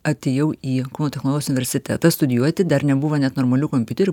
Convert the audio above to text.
atėjau į kauno technologijos universitetą studijuoti dar nebuvo net normalių kompiuterių